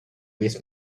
with